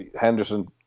Henderson